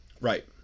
right